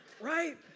Right